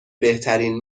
بهترین